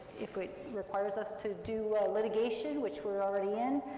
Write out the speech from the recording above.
if it requires us to do litigation, which we're already in,